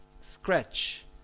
scratch